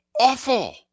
Awful